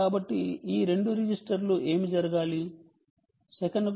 కాబట్టి ఈ రెండు రిజిస్టర్లు ఏమి జరగాలి సెకనుకు 6